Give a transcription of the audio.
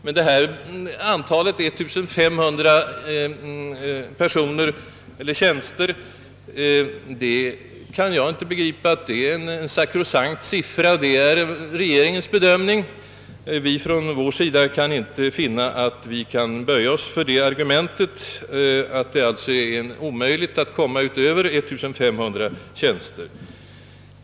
Jag kan emellertid inte begripa att antalet 1500 skulle vara en sakrosankt siffra. Detta är väl regeringens bedömning. Vi på vår sida kan inte böja oss för argumentet att det skulle vara omöjligt att gå utöver 1500 tjänster.